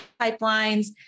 pipelines